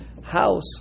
house